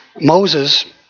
Moses